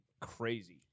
crazy